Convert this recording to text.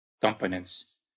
components